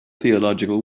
theological